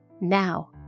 now